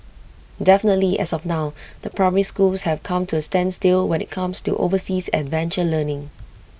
definitely as of now the primary schools have come to A standstill when IT comes to overseas adventure learning